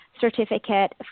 certificate